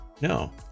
No